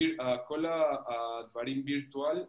כל הדברים הווירטואליים,